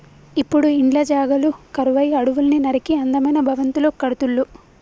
ఇప్పుడు ఇండ్ల జాగలు కరువై అడవుల్ని నరికి అందమైన భవంతులు కడుతుళ్ళు